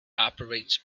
operates